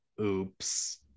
oops